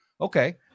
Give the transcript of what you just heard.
okay